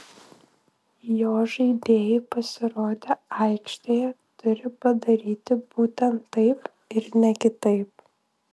jo žaidėjai pasirodę aikštėje turi padaryti būtent taip ir ne kitaip